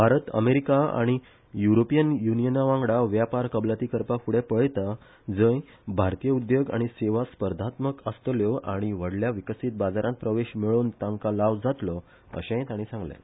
Bharat America आनी European यूनियनावांगडा व्यापार कबलाती करपाक फूडे पळयता जय भारतीय उद्देग आनी सेवा स्पर्धात्मक आसतल्यो आनी व्हडल्या विकसीत बाजारांत प्रवेश मेळावेन तांका लाव जातलो अशेंय ताणी सांगलें